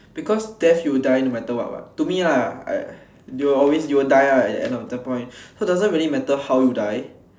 because death you will die no matter what what to me lah I you will always you will die ah at the end of the point so it doesn't really matter how you die